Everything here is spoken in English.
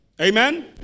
Amen